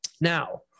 Now